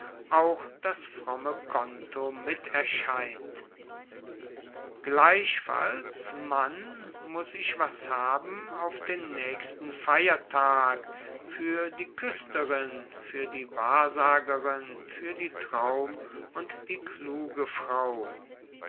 auch das fromme konto mit erscheint gleichfalls mann muss ich was haben auf den naechsten feiertag fuer die kuesterin fuer die wahrsagerin fuer die traum und die kluge frau